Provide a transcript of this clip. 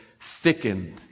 thickened